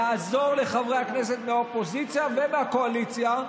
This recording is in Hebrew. שיעזור לחברי הכנסת מהאופוזיציה ומהקואליציה,